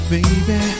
Baby